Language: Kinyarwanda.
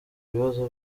ibibazo